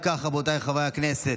אם כך, רבותיי חברי הכנסת,